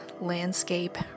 landscape